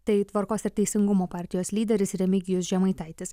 tai tvarkos ir teisingumo partijos lyderis remigijus žemaitaitis